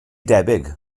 debyg